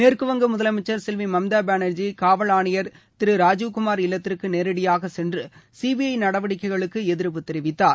மேற்குவங்க முதலமச்சர் செல்வி மம்தா பானர்ஜி காவல் ஆணையர் திரு ராஜீவ் குமார் இல்லத்திற்கு நேரடியாக சென்று சிபிஐ நடவடிக்கைகளுக்கு எதிர்ப்பு தெரிவித்தார்